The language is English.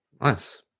Nice